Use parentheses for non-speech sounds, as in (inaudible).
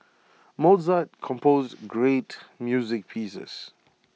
(noise) Mozart composed great music pieces